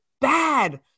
bad